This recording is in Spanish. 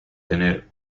tener